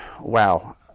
Wow